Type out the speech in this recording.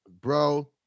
Bro